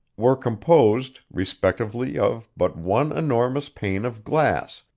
were composed, respectively of but one enormous pane of glass,